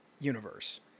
universe